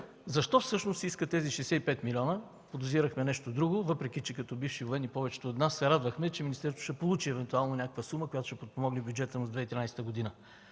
защо всъщност иска тези 65 млн. лв. Подозирахме нещо друго, въпреки че като бивши военни повечето от нас се радвахме министерството да получи някаква сума, която ще подпомогне бюджета му за 2013 г., но